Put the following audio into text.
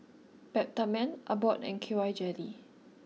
Peptamen Abbott and K Y Jelly